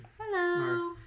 Hello